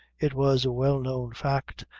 it was a well know fact,